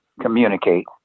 communicate